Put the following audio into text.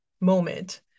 moment